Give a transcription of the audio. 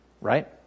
Right